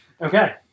Okay